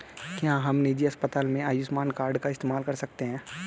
क्या हम निजी अस्पताल में आयुष्मान कार्ड का इस्तेमाल कर सकते हैं?